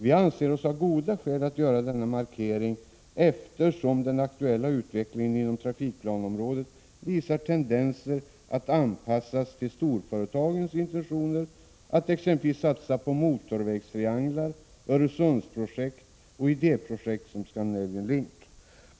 Vi anser oss ha goda skäl att göra denna markering, eftersom den aktuella utvecklingen inom trafikplaneområdet visar tendenser att anpassas till storföretagens intentioner att exempelvis satsa på motorvägstrianglar, Öresundsprojekt och idéprojekt som Scandinavian Link.